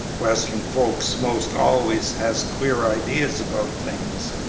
western folks most always has queer ideas about things.